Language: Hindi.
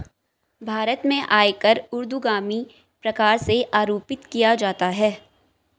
भारत में आयकर ऊर्ध्वगामी प्रकार से आरोपित किया जाता है